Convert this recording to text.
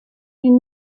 die